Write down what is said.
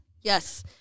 Yes